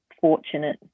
fortunate